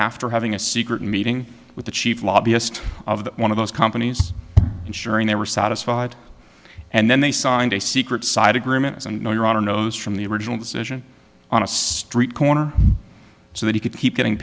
after having a secret meeting with the chief lobbyist of one of those companies ensuring they were satisfied and then they signed a secret side agreement and no your honor knows from the original decision on a street corner so that he could keep getting